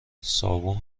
صابون